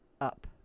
up